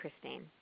Christine